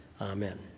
Amen